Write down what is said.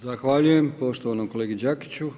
Zahvaljujem poštovanom kolegi Đakiću.